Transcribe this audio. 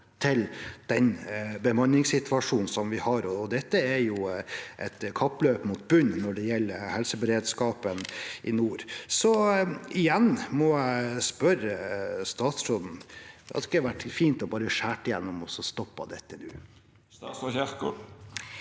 til den bemanningssituasjonen vi har. Dette er et kappløp mot bunnen når det gjelder helseberedskapen i nord. Igjen må jeg spørre statsråden: Hadde det ikke vært fint bare å skjære gjennom og stoppe dette nå? Statsråd Ingvild